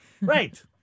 Right